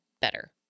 better